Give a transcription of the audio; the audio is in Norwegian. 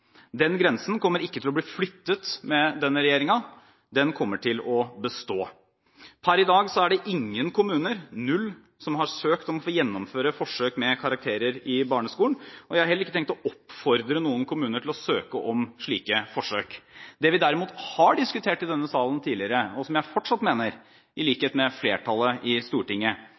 Den grensen kommer ikke til å bli flyttet med denne regjeringen, den kommer til å bestå. Per i dag er det ingen kommuner – null – som har søkt om å få gjennomføre forsøk med karakterer i barneskolen, og jeg har heller ikke tenkt å oppfordre noen kommuner til å søke om slike forsøk. Det vi derimot har diskutert i denne salen tidligere, og som jeg, i likhet med flertallet i Stortinget,